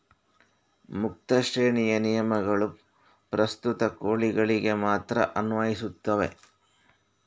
ಮುಕ್ತ ಶ್ರೇಣಿಯ ನಿಯಮಗಳು ಪ್ರಸ್ತುತ ಕೋಳಿಗಳಿಗೆ ಮಾತ್ರ ಅನ್ವಯಿಸುತ್ತವೆ